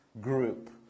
group